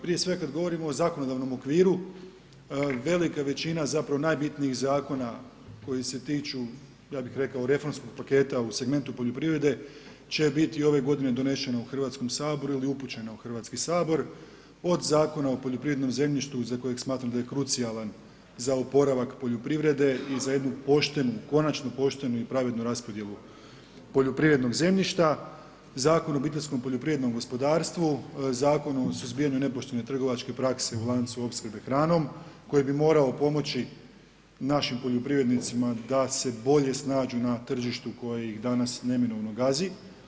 Prije svega kad govorimo o zakonodavnom okviru, velika većina, zapravo najbitnijih zakona, koji se tiče, ja bih rekao, reformskog paketa u segmentu poljoprivrede, će biti ove godine donešena u Hrvatskom saboru ili upućena u Hrvatski sabor, od zakona o poljoprivrednom zemljištu, za koje smatram da je krucijalan za oporavak poljoprivrede i za jednu poštenu, konačnu poštenu i pravednu raspodjelu poljoprivrednog zemljišta, Zakon o obiteljskom poljoprivrednom gospodarstvu, Zakon o suzbijanju nepoštene trgovačke prakse u lancu opskrbe hranom koji bi morao pomoći našim poljoprivrednicima, da se bolje snađu na tržištu koji danas neminovno gazi.